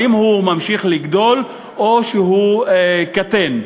האם הוא ממשיך לגדול או שהוא קטן?